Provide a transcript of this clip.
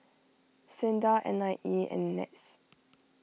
Sinda N I E and NETS